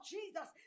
Jesus